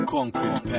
Concrete